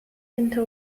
into